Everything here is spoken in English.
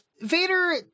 Vader